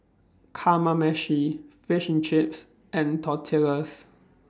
Kamameshi Fish and Chips and Tortillas